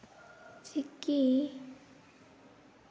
ᱪᱤᱠᱤ